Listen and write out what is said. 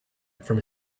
from